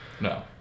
No